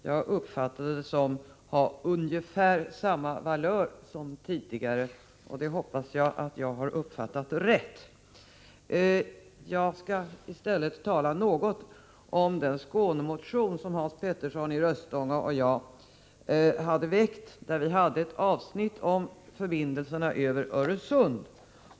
Jag uppfattade det av ungefär samma valör som tidigare, och det hoppas jag att jag har uppfattat rätt. Jag skall i stället tala något om den Skåne-motion som Hans Petersson i Röstånga och jag väckt och där det finns ett avsnitt om förbindelserna över Öresund.